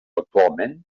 actualment